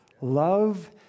Love